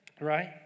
right